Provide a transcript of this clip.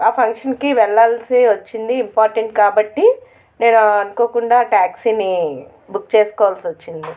ఆ ఫంక్షన్కి వెళ్ళాల్సి వచ్చింది ఇంపార్టెంట్ కాబట్టి నేను అనుకోకుండా టాక్సీని బుక్ చేసుకోవాల్సి వచ్చింది